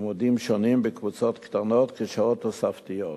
ללימודים שונים בקבוצות קטנות, כשעות תוספתיות.